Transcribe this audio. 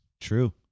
true